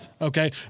okay